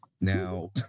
Now